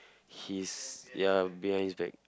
his ya behind his back